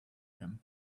him